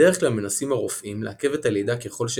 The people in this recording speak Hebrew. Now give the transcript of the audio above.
בדרך כלל מנסים הרופאים לעכב את הלידה ככל שניתן,